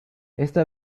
esta